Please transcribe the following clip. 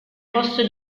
costo